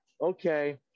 Okay